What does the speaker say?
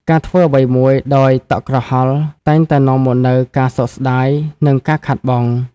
ការធ្វើអ្វីមួយដោយតក់ក្រហល់ តែងតែនាំមកនូវការសោកស្ដាយ និងការខាតបង់។